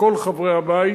לכל חברי הבית.